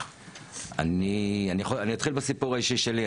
אני אתחיל בסיפור האישי שלי.